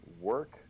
work